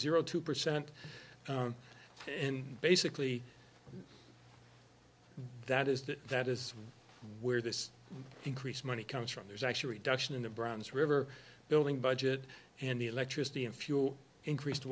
zero two percent and basically that is that that is where this increased money comes from there's actually reduction in the browns river building budget and the electricity and fuel increased